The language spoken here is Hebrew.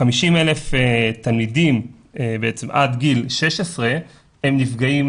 ש-50,000 תלמידים עד גיל 16 הם נפגעי